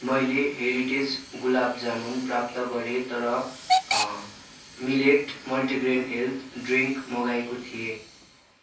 मैले हेरिटेज गुलाब जामुन प्राप्त गरेँ तर मिलेट मल्टिग्रेन हेल्थ ड्रिङ्क मगाएको थिएँ